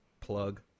Plug